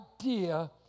idea